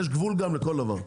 יש גבול לכל דבר,